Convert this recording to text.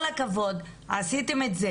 כל הכבוד, עשיתם את זה.